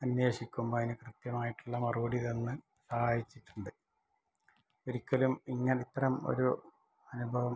അന്വേഷിക്കുമ്പോൾ അതിന് കൃത്യമായിട്ടുള്ള മറുപടി തന്ന് സഹായിച്ചിട്ടുണ്ട് ഒരിക്കലും ഇങ്ങനെ ഇത്തരം ഒരു അനുഭവം